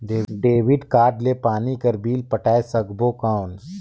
Debit card ले पानी कर बिल पटाय सकबो कौन?